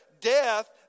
death